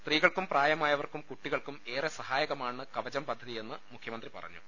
സ്ത്രീകൾക്കും പ്രായമായവർക്കും കുട്ടികൾക്കും ഏറെ സഹായകമാണ് കവചം പദ്ധതിയെന്ന് മുഖ്യ മന്ത്രി പറഞ്ഞു